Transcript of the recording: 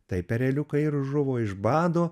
taip ereliukai ir žuvo iš bado